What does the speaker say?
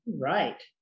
Right